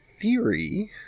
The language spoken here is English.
theory